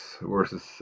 versus